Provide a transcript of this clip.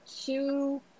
two